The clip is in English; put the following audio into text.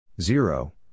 Zero